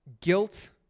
guilt